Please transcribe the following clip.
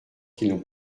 qu’ils